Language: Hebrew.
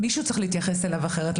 מישהו צריך להתייחס אליו אחרת.